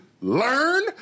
learn